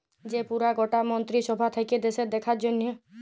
যে পুরা গটা মন্ত্রী সভা থাক্যে দ্যাশের দেখার জনহ